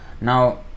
Now